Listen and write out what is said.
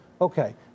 Okay